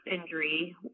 injury